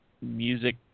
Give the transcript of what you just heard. music